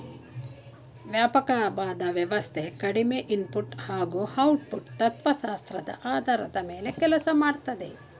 ವ್ಯಾಪಕವಾದ ವ್ಯವಸ್ಥೆ ಕಡಿಮೆ ಇನ್ಪುಟ್ ಹಾಗೂ ಔಟ್ಪುಟ್ ತತ್ವಶಾಸ್ತ್ರದ ಆಧಾರದ ಮೇಲೆ ಕೆಲ್ಸ ಮಾಡ್ತದೆ